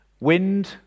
Wind